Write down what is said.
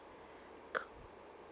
uh